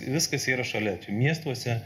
viskas yra šalia miestuose